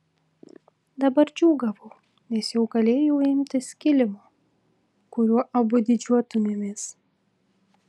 dabar džiūgavau nes jau galėjau imtis kilimo kuriuo abu didžiuotumėmės